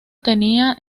tenía